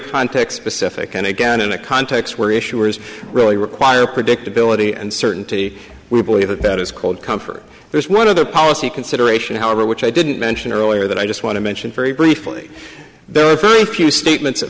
context specific and again in a context where issuers really require predictability and certainty we believe that that is called comfort there's one of the policy consideration however which i didn't mention earlier that i just want to mention very briefly there are very few statements